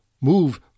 move